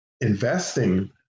investing